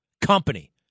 Company